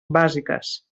bàsiques